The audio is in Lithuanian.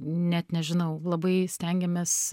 net nežinau labai stengiamės